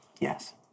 Yes